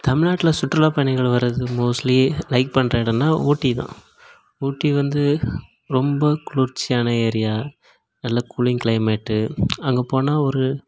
தமிழ்நாட்டில் சுற்றுலா பயணிகள் வர்றது மோஸ்ட்லி லைக் பண்ணுற இடோனா ஊட்டி தான் ஊட்டி வந்து ரொம்ப குளிர்ச்சியான ஏரியா நல்ல கூலிங் கிளைமேட் அங்கே போனால் ஒரு